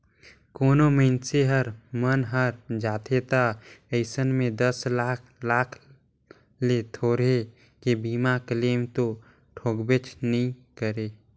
कोनो मइनसे हर मन हर जाथे त अइसन में दस लाख लाख ले थोरहें के बीमा क्लेम तो ठोकबे नई करे